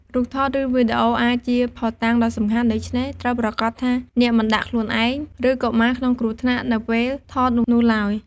រូបថត ឬវីដេអូអាចជាភស្តុតាងដ៏សំខាន់ ដូច្នេះ ត្រូវប្រាកដថាអ្នកមិនដាក់ខ្លួនឯង ឬកុមារក្នុងគ្រោះថ្នាក់ នៅពេលថតនោះឡើយ។